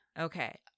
Okay